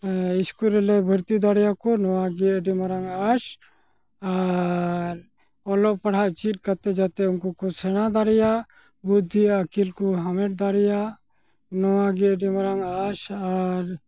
ᱥᱠᱩᱞᱨᱮᱞᱮ ᱵᱷᱚᱨᱛᱤ ᱫᱟᱲᱮᱭᱟᱠᱚ ᱱᱚᱣᱟᱜᱮ ᱟᱹᱰᱤ ᱢᱟᱨᱟᱝ ᱟᱥ ᱟᱻᱨ ᱚᱞᱚᱜᱼᱯᱟᱲᱦᱟᱜ ᱪᱮᱫ ᱠᱟᱛᱮᱫ ᱡᱟᱛᱮ ᱩᱱᱠᱩᱠᱚ ᱥᱮᱬᱟ ᱫᱲᱮᱭᱟᱜ ᱵᱩᱫᱽᱫᱷᱤ ᱟᱹᱠᱤᱞᱠᱚ ᱦᱟᱢᱮᱴ ᱫᱟᱲᱮᱭᱟᱜ ᱱᱚᱣᱟᱜᱮ ᱟᱹᱰᱤ ᱢᱟᱨᱟᱝ ᱟᱥ ᱟᱨ